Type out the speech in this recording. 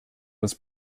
was